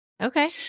Okay